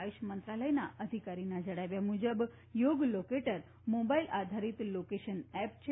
આયુષ મંત્રાલયના અધિકારીના જણાવ્યા મુજબ યોગ લોકેટર મોબાઈલ આધારીત લોકેશન એપ છે